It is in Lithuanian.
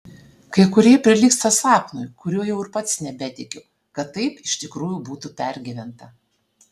kai kurie prilygsta sapnui kuriuo jau ir pats nebetikiu kad taip iš tikrųjų būtų pergyventa